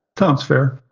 sounds fair.